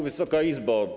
Wysoka Izbo!